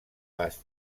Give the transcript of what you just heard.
vast